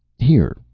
here,